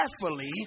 carefully